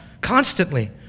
constantly